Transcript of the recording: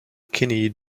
kinney